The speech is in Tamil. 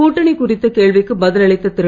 கூட்டணி குறித்த கேள்விக்கு பதில் அளித்த திரு